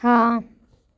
हाँ